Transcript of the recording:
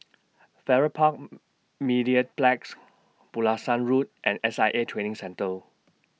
Farrer Park Mediplex Pulasan Road and S I A Training Centre